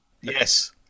Yes